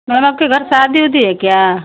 ma'am आपके घर शादी ऊदी है क्या